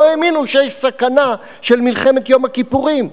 לא האמינו שיש סכנה של מלחמת יום הכיפורים.